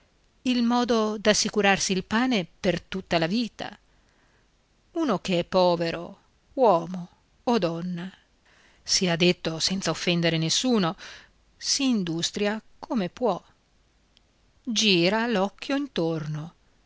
il modo d'assicurarsi il pane per tutta la vita uno che è povero uomo o donna sia detto senza offendere nessuno s'industria come può gira l'occhio intorno